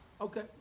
Okay